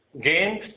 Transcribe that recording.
gains